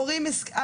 הורים השכירו,